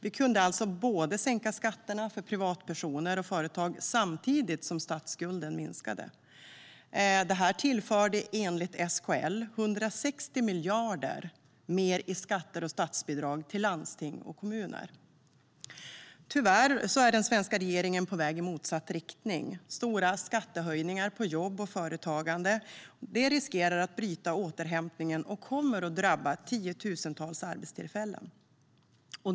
Vi kunde alltså sänka skatterna för privatpersoner och företag samtidigt som statsskulden minskade. Det tillförde, enligt SKL, 160 miljarder mer i skatter och statsbidrag till landsting och kommuner. Tyvärr är den svenska regeringen på väg i motsatt riktning. Stora skattehöjningar på jobb och företagande riskerar att bryta återhämtningen och kommer att drabba tiotusentals arbetstillfällen.